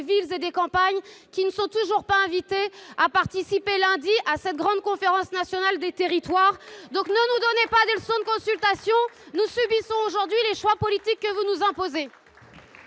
villes et des campagnes. Ces derniers ne sont toujours pas invités à participer lundi à cette grande conférence nationale des territoires : ne nous donnez pas de leçons en matière de consultation, nous subissons aujourd'hui les choix politiques que vous nous imposez